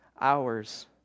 hours